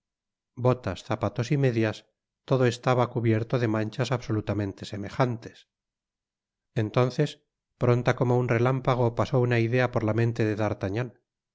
botas zapatos y medias todo estaba cu bierto de manchas absolutamente semejantes entonces pronta como un relámpago pasó una idea por ia mente de